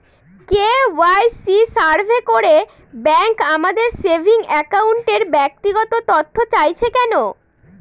KYC survey করে bank আমাদের saving অ্যাকাউন্টের ব্যক্তিগত তথ্য চাইছে কেন?